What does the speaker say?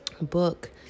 book